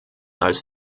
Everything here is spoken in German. als